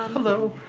hello.